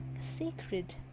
sacred